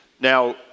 Now